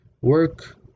work